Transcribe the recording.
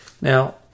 Now